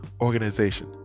organization